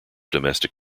domestic